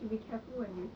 you